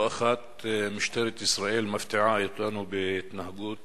לא אחת משטרת ישראל מפתיעה אותנו בהתנהגות